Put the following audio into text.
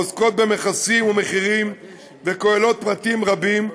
העוסקות במכסים ומחירים וכוללות פרטים רבים,